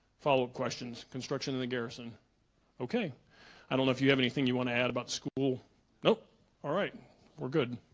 follow-up questions construction in the garrison okay i don't know if you have anything you want to add about school nope all right we're good